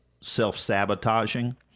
self-sabotaging